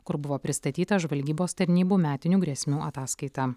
kur buvo pristatyta žvalgybos tarnybų metinių grėsmių ataskaita